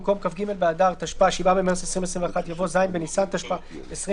במקום "כ"ג באדר התשפ"א (7 במרס 2021)" יבוא "ז' בניסן התשפ"א (20